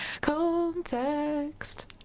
context